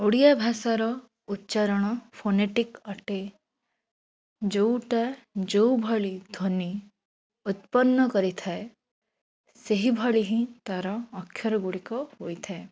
ଓଡ଼ିଆ ଭାଷାର ଉଚ୍ଚାରଣ ଫୋନୀଟିକ୍ ଅଟେ ଯୋଉଟା ଯୋଉଭଳି ଧ୍ୱନି ଉତ୍ପର୍ଣ୍ଣ କରିଥାଏ ସେହିଭଳି ହିଁ ତା'ର ଅକ୍ଷର ଗୁଡ଼ିକ ହୋଇଥାଏ